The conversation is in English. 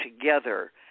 together